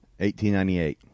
1898